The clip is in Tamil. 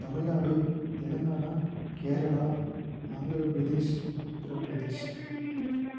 தமிழ்நாடு தெலுங்கானா கேரளா ஆந்திரபிரதேஷ் உத்தரபிரதேஷ்